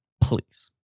Please